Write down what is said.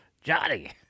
johnny